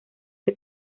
que